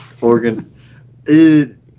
organ